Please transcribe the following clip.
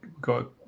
got